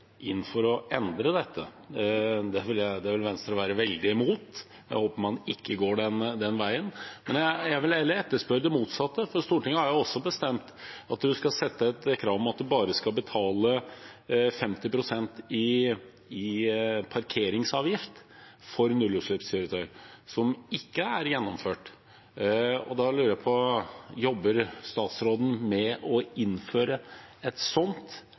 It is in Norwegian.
inn for å endre dette. Det vil Venstre være veldig imot. Jeg håper man ikke går den veien, men jeg vil heller etterspørre det motsatte, for Stortinget har også bestemt at en skal sette krav om at det bare skal betales 50 pst. i parkeringsavgift for nullutslippskjøretøy, noe som ikke er gjennomført. Da lurer jeg på om statsråden også jobber med å innføre et sånt